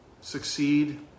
succeed